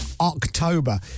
October